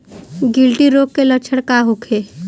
गिल्टी रोग के लक्षण का होखे?